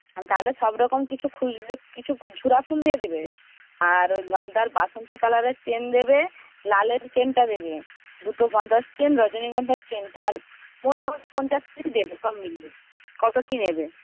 তাহলে সব রকম কিছু দিয়ে কিছু ঝুরা ফুল দিয়ে দেবে আর ওই গাঁদার বাসন্তী কালারের চেন দেবে লালের চেনটা দেবে দুটো গাঁদার চেন রজনীগন্ধার চেন তাহলে মোটামোটি পঞ্চাশ কেজি দেবে সব মিলিয়ে কতো কি নেবে